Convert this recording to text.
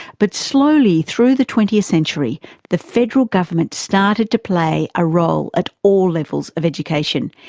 but slowly through the twentieth century the federal government started to play a role at all levels of education,